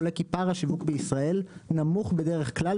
עולה כי פערה שיווק בישראל נמוך בדרך כלל,